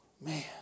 Man